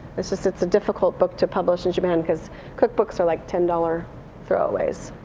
it's just it's a difficult book to publish in japan, because cookbooks are like ten dollars throwaways.